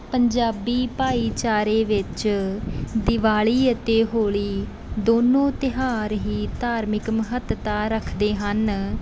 ਪੰਜਾਬੀ ਭਾਈਚਾਰੇ ਵਿੱਚ ਦਿਵਾਲੀ ਅਤੇ ਹੋਲੀ ਦੋਨੋਂ ਤਿਉਹਾਰ ਹੀ ਧਾਰਮਿਕ ਮਹੱਤਤਾ ਰੱਖਦੇ ਹਨ